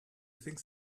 think